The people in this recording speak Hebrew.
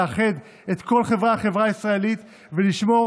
לאחד את כל חלקי החברה הישראלית ולשמור